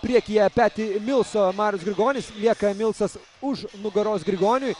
priekyje peti milso marius grigonis lieka milsas už nugaros grigoniui